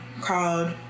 called